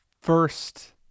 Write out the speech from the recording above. first